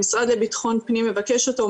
שמשרד לביטחון פנים מבקש אותו,